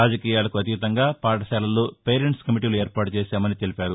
రాజకీయాలకు అతీతంగా పాఠశాలల్లో పేరెంట్స్ కమిటీలు ఏర్పాటు చేశామన్నారు